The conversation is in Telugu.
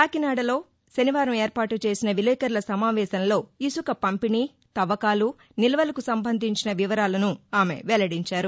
కాకినాడలో శనివారం ఏర్పాటు చేసిన విలేకరుల సమావేశంలో ఇసుక పంపిణీ తవ్వకాలు నిల్వలకు సంబంధించిన వివరాలను వెల్లడించారు